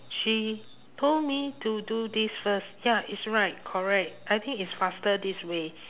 she told me to do this first ya it's right correct I think it's faster this way